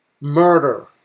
murder